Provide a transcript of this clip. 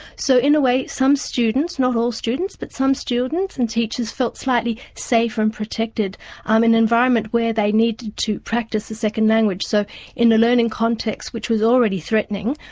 so in a way, some students, not all students, but some students, and teachers felt slightly safer and protected in um an environment where they needed to practice a second language. so in a learning context, which was already threatening,